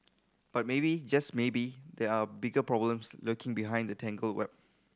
but maybe just maybe there are bigger problems lurking behind the tangled web